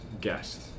guest